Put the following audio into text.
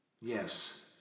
Yes